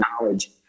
knowledge